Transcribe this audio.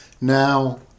Now